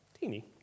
teeny